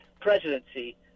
presidency